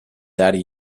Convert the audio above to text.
daddy